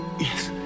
Yes